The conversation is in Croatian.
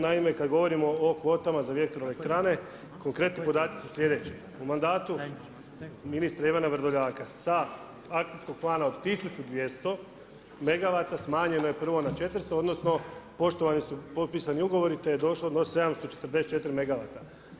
Naime, kad govorimo o kvotama za vjetroelektrane, konkretni podaci su slijedeći: u mandatu ministra Ivana Vrdoljaka sa akcijskog plana od 1200 megawata smanjeno je prvo na 400, odnosno poštovani su potpisani ugovori te je došlo do 744 megawata.